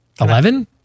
Eleven